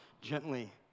gently